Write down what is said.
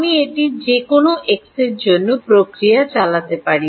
আমি এটি যে কোনও এক্সের জন্য প্রক্রিয়া চালাতে পারি